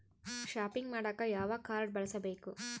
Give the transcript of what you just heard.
Shopping ಮಾಡಾಕ ಯಾವ card ಬಳಸಬೇಕು?